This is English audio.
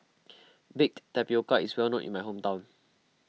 Baked Tapioca is well known in my hometown